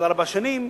של ארבע שנים,